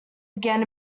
began